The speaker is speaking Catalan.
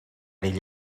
ell